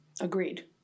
Agreed